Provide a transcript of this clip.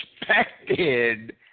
expected